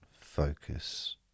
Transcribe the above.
focus